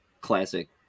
classic